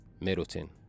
Middleton